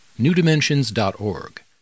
newdimensions.org